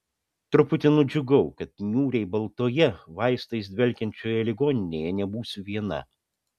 truputį nudžiugau kad niūriai baltoje vaistais dvelkiančioje ligoninėje nebūsiu viena